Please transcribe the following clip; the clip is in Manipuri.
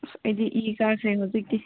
ꯑꯁ ꯑꯩꯗꯤ ꯏ ꯀꯥꯈ꯭ꯔꯦ ꯍꯧꯖꯤꯛꯇꯤ